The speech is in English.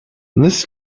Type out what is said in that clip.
this